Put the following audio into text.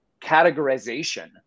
categorization